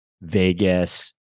Vegas